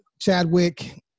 Chadwick